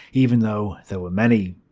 even though there were many.